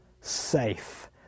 safe